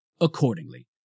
Accordingly